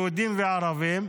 יהודים וערבים,